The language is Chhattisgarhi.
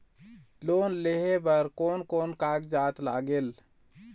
लोन लेहे बर कोन कोन कागजात लागेल?